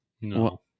No